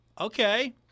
Okay